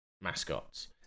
mascots